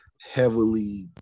heavily